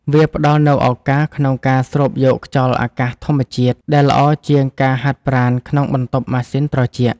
វាផ្ដល់នូវឱកាសក្នុងការស្រូបយកខ្យល់អាកាសធម្មជាតិ ដែលល្អជាងការហាត់ប្រាណក្នុងបន្ទប់ម៉ាស៊ីនត្រជាក់។